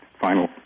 final